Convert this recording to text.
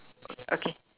okay